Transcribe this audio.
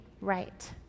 right